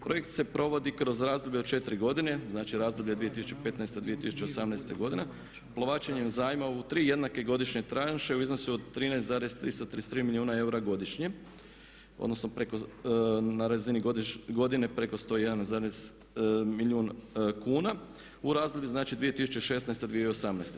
Projekt se provodi kroz razdoblje od 4 godine, znači razdoblje od 2015.-2018.godine provlačenjem zajma u tri jednake godišnje tranše u iznosu od 13, 333 milijuna eura godišnje odnosno preko, na razini godine preko 101, milijun kuna u razdoblju znači 2016.-2018.